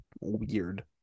weird